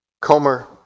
Comer